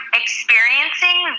experiencing